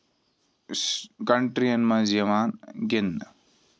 کَنٹریَن منز یِوان گِندنہٕ